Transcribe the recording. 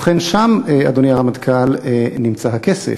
ובכן, שם, אדוני הרמטכ"ל, נמצא הכסף.